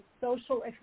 social